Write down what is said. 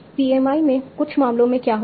PMI में कुछ मामलों में क्या होगा